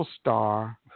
Star